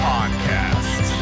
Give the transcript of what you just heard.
Podcast